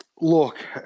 Look